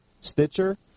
stitcher